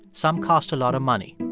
some cost a lot of money.